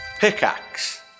pickaxe